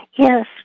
Yes